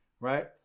right